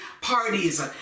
parties